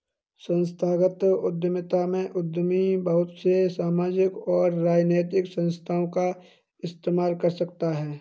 संस्थागत उद्यमिता में उद्यमी बहुत से सामाजिक और राजनैतिक संस्थाओं का इस्तेमाल कर सकता है